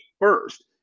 first